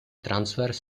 transverse